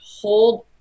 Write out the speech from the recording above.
hold